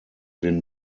den